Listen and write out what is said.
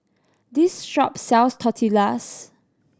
this shop sells Tortillas